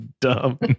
dumb